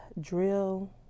drill